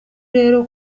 rero